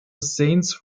saints